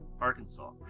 Arkansas